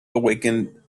awakened